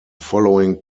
following